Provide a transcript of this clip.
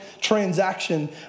transaction